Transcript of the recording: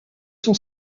son